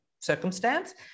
circumstance